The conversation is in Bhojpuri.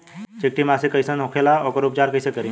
चिकटि माटी कई सन होखे ला वोकर उपचार कई से करी?